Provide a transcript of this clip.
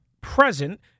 present